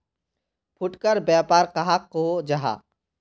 फुटकर व्यापार कहाक को जाहा?